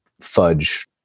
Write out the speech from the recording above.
fudge